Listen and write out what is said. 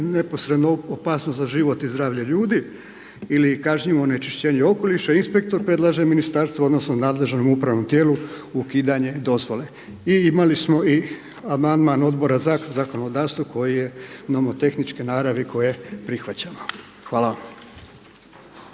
neposrednu opasnost za život i zdravlje ljudi ili kažnjivo onečišćenje okoliša, inspektor predlaže ministarstvu odnosno nadležnom upravnom tijelu ukidanje dozvole.“ I imali i amandman Odbora za zakonodavstvo koji je nomotehničke naravi koje prihvaćamo. Hvala vam.